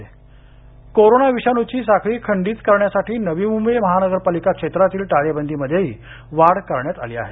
नवी मुंबई कोरोना विषाणूची साखळी खंडीत करण्यासाठी नवी मुंबई महानगरपालिका क्षेत्रातील टाळेबंदीमध्येही वाढ करण्यात आली आहे